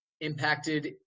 impacted